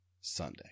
Sunday